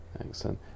Excellent